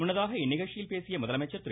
முன்னதாக இந்நிகழ்ச்சியில் பேசிய முதலமைச்சர் திரு